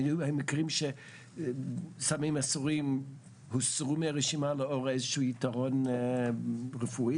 היו מקרים שסמים אסורים הוסרו מהרשימה לאור איזה שהוא ייתרון רפואי?